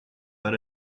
but